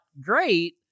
great